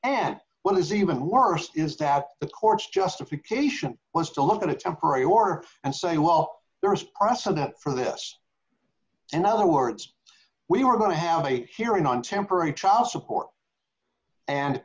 and what is even worse is that the courts justification was to look at a temporary order and say well there is precedent for this and other words we were going to have a hearing on temporary child support and